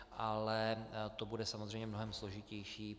Ale to bude samozřejmě mnohem složitější.